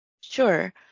Sure